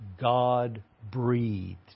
God-breathed